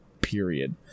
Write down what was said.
Period